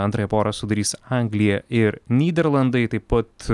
antrąją porą sudarys anglija ir nyderlandai taip pat